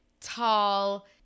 tall